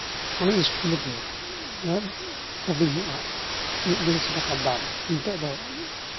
ᱚᱱᱮ school bag ᱠᱟᱹᱴᱤᱡ ᱧᱚᱜᱼᱟᱜ ᱢᱤᱫ ᱰᱮᱲᱥᱚ ᱴᱟᱠᱟ ᱫᱟᱢ ᱱᱤᱛᱚᱜ ᱫᱚ